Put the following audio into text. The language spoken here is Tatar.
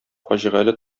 фаҗигале